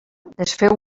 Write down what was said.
desfeu